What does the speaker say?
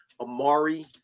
Amari